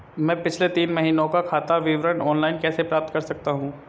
मैं पिछले तीन महीनों का खाता विवरण ऑनलाइन कैसे प्राप्त कर सकता हूं?